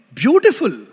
beautiful